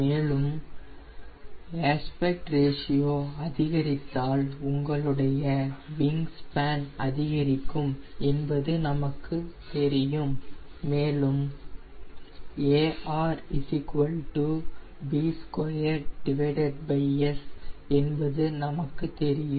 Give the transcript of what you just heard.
மேலும் aspect ratio அதிகரித்தால் உங்களுடைய விங் ஸ்பேன் அதிகரிக்கும் என்பது நமக்கு தெரியும் மேலும் AR b2 S என்பது நமக்கு தெரியும்